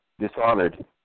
dishonored